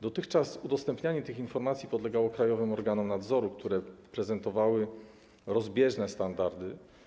Dotychczas udostępnianie tych informacji podlegało krajowym organom nadzoru, które prezentowały rozbieżne standardy.